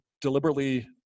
deliberately